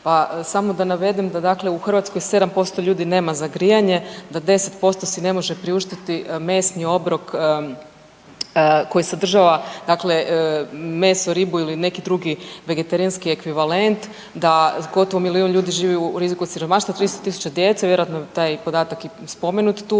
Pa samo da navedem da dakle u Hrvatskoj 7% ljudi nema za grijanje, da 10% si ne može priuštiti mesni obrok koji sadržava dakle meso, ribu ili neki drugi vegetarijanski ekvivalent, da gotovo milijun ljudi živi u riziku od siromaštva, 30 000 djece, vjerojatno je taj podatak i spomenut tu,